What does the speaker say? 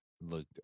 looked